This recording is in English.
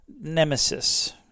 nemesis